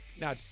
Now